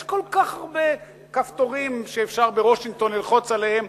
יש כל כך הרבה כפתורים שאפשר ללחוץ עליהם